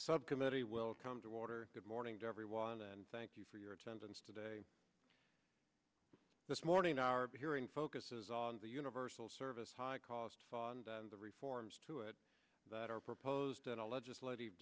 subcommittee will come to order good morning to everyone and thank you for your attendance today this morning our hearing focuses on the universal service high cost and the reforms to it that are proposed in a legislative